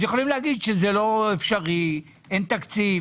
יכולים להגיד שזה לא אפשרי, אין תקציב.